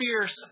fierce